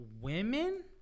women